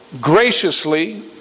graciously